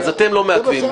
אז אתם לא מעכבים.